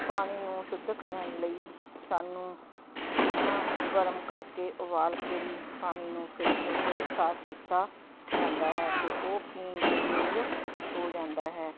ਪਾਣੀ ਨੂੰ ਸ਼ੁੱਧ ਕਰਨ ਲਈ ਸਾਨੂੰ ਨਾ ਉਹ ਗਰਮ ਕਰਕੇ ਉਬਾਲ ਕੇ ਵੀ ਪਾਣੀ ਨੂੰ ਫਿਲਟਰ 'ਤੇ ਸਾਫ਼ ਕੀਤਾ ਜਾਂਦਾ ਹੈ ਅਤੇ ਉਹ ਪੀਣ ਦੇ ਯੋਗ ਹੋ ਜਾਂਦਾ ਹੈ